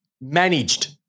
managed